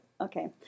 Okay